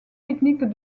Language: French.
technique